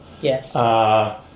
Yes